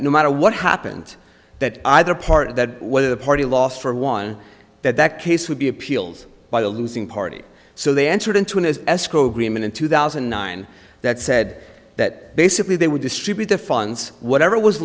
no matter what happened that either part of that whether the party lost for one that that case would be appealed by the losing party so they entered into an escrow agreement in two thousand and nine that said that basically they would distribute the funds whatever